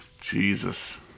Jesus